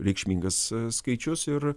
reikšmingas skaičius ir